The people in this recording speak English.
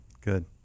Good